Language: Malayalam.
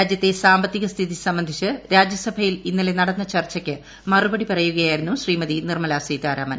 രാജ്യത്തെ സാമ്പത്തിക സ്ഥിതി സംബന്ധിച്ച് രാജ്യസഭയിൽ ഇന്നലെ നടന്ന ചർച്ചയ്ക്ക് മറുപടി പറയുകയായിരുന്നു ശ്രീമതി നിർമലാ സീതാരാമൻ